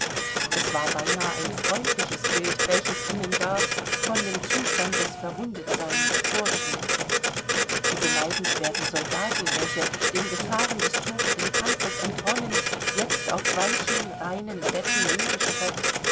es war beinah ein freundliches bild welches ihnen da von dem zustand des verwundetseins vorschwebte die beneidenswerten soldaten welche den gefahren des tobenden kampfes entronnen jetzt auf weichen reinen betten hingestreckt